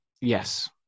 Yes